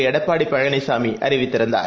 எடப்பாடிபழனிசாமிஅறிவித்திருந்தார்